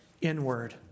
inward